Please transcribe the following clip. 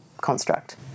construct